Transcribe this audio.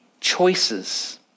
choices